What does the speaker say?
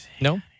No